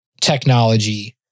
technology